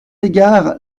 égard